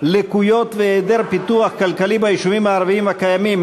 לקויות והיעדר פיתוח כלכלי ביישובים הערבים הקיימים,